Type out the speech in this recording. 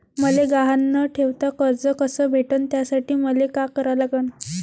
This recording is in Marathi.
मले गहान न ठेवता कर्ज कस भेटन त्यासाठी मले का करा लागन?